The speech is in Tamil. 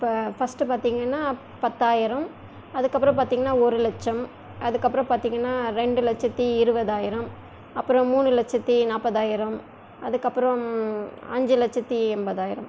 இப்போ ஃபர்ஸ்ட்டு பார்த்திங்கன்னா பத்தாயிரம் அதுக்கு அப்புறம் பார்த்திங்கன்னா ஒரு லட்சம் அதுக்கு அப்புறம் பார்த்திங்கன்னா ரெண்டு லட்சத்து இருபதாயிரம் அப்புறம் மூணு லட்சத்து நாற்பதாயிரம் அதுக்கு அப்புறம் அஞ்சு லட்சத்து எண்பதாயிரம்